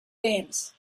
games